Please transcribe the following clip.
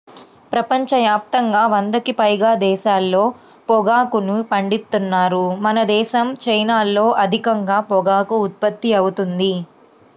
ప్రపంచ యాప్తంగా వందకి పైగా దేశాల్లో పొగాకుని పండిత్తన్నారు మనదేశం, చైనాల్లో అధికంగా పొగాకు ఉత్పత్తి అవుతుంది